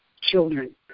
children